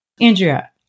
Andrea